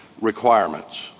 requirements